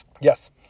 Yes